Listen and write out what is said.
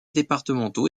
départementaux